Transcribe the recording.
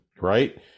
right